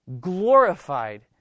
glorified